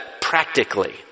practically